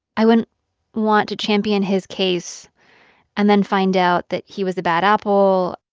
i wouldn't want to champion his case and then find out that he was a bad apple.